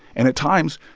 and at times,